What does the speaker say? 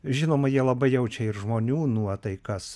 žinoma jie labai jaučia ir žmonių nuotaikas